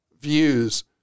views